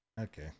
okay